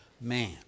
man